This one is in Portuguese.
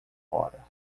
fora